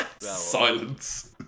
Silence